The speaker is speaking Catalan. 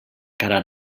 cara